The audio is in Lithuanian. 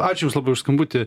ačiū jums labai už skambutį